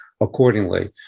accordingly